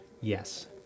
Yes